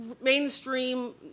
mainstream